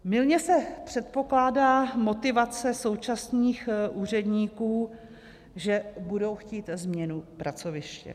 Mylně se předpokládá motivace současných úředníků, že budou chtít změnu pracoviště.